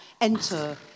enter